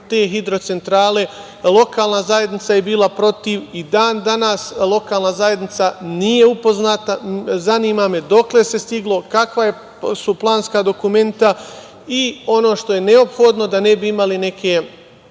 te hidrocentrale, lokalna zajednica je bila protiv. Dan danas lokalna zajednica nije upoznata. Zanima me dokle se stiglo, kakva su planska dokumenta? I, ono što je neophodno, da ne bi imali neke